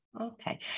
Okay